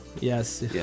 Yes